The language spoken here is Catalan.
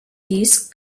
disc